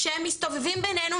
והם מסתובבים בינינו,